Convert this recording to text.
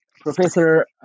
Professor